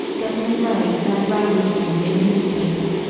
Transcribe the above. governor gray turned round again to his newspaper,